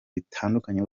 bitandukanye